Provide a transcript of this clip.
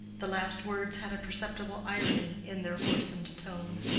the last words had a perceptible irony in their hoarsened tone.